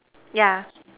yeah